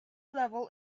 level